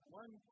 one